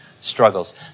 struggles